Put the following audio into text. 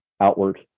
outward